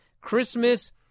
Christmas